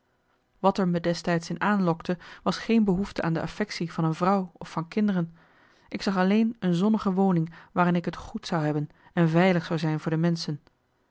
wat er me destijds in aanlokte was geen behoefte aan de affectie van een vrouw of van kinderen ik zag alleen een zonnige woning waarin ik t goed zou hebben en veilig zou zijn voor de menschen